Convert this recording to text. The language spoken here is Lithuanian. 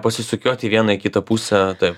pasisukioti į vieną į kitą pusę taip